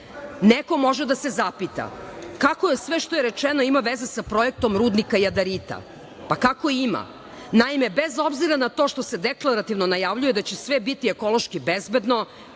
Neko može da se zapita – kako sve što je rečeno ima veze sa projektom rudnika Jadarita? Pa kako ima? Naime, bez obzira na to što se deklarativno najavljuje da će sve biti ekološki bezbedno,